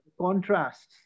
contrasts